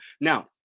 now